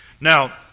Now